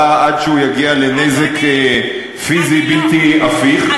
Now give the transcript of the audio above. עד שהוא יגיע לנזק פיזי בלתי הפיך,